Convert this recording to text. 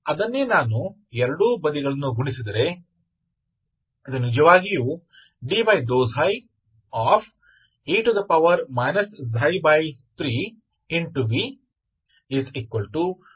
ಅದನ್ನೇ ನಾನು ಎರಡೂ ಬದಿಗಳನ್ನು ಗುಣಿಸಿದರೆ ಇದು ನಿಜವಾಗಿ dξ e 3